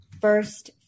first